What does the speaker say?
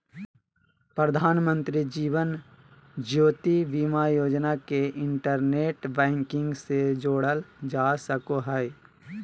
प्रधानमंत्री जीवन ज्योति बीमा योजना के internet banking से जोड़ल जा सको हय